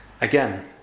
again